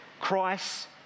Christ